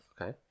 Okay